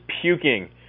puking